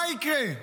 מה יקרה?